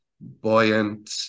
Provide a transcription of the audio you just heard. buoyant